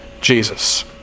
Jesus